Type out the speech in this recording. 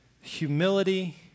humility